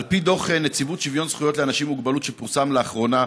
על פי דוח נציבות שוויון זכויות לאנשים עם מוגבלות שפורסם לאחרונה,